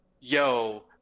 yo